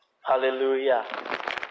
Hallelujah